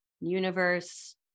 universe